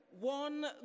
One